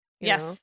Yes